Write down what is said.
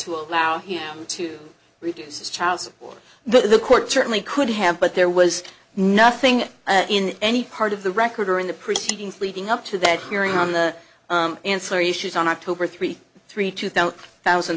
to allow him to reduce child support the court certainly could have but there was nothing in any part of the record or in the proceedings leading up to that hearing on the answer issues on october three three two thousand